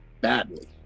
badly